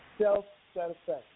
self-satisfaction